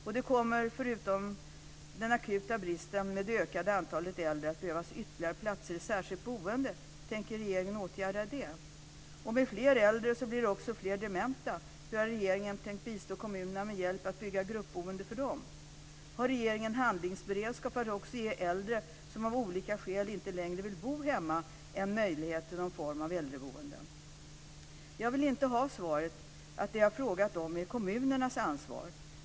Förutom att det är en akut brist kommer det i och med det ökade antalet äldre att behövas ytterligare platser i särskilt boende. Tänker regeringen åtgärda det? Med fler äldre blir det också fler dementa. Hur har regeringen tänkt bistå kommunerna med hjälp för att man ska kunna bygga gruppboenden för dessa personer? Har regeringen handlingsberedskap för att också ge de äldre som av olika skäl inte längre vill bo hemma en möjlighet till någon form av äldreboende? Jag vill inte ha svaret att det jag har frågat om är kommunernas ansvar.